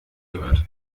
gehört